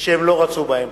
שהם לא רצו בהן.